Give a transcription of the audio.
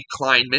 Kleinman